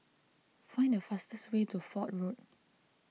find the fastest way to Fort Road